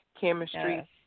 Chemistry